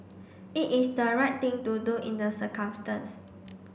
it is the right thing to do in the circumstance